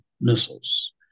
missiles